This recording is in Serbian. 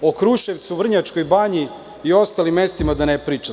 U Kruševcu, Vrnjačkoj banji i ostalim mestima da ne pričam.